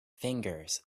fingers